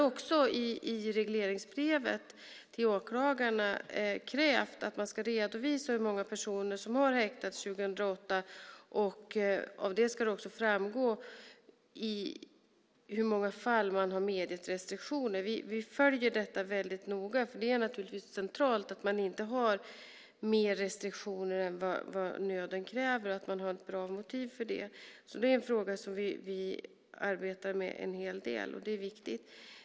I regleringsbrevet till åklagarna har vi också krävt att de ska redovisa hur många personer som har häktats 2008, och av det ska det också framgå i hur många fall man har medgett restriktioner. Vi följer detta väldigt noga. Det är naturligtvis centralt att man inte har mer restriktioner än vad nöden kräver och att man har ett bra motiv för det. Det är en fråga som vi arbetar en hel del med, och det är viktigt.